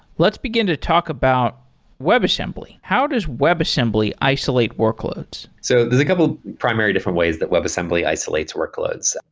let's begin to talk about webassembly. how does webassembly isolate workloads? so there's a couple primary different ways that webassembly isolates workloads.